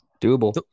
Doable